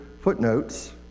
footnotes